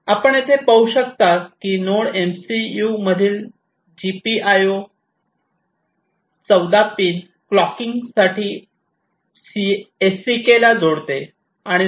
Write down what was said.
आपण येथे पाहू शकता की नोड एमसीयू मधील जीपीआयओ 14 पिन क्लॉकिंग साठी एससीकेला जोडते